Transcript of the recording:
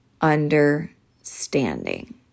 understanding